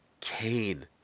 Cain